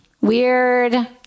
Weird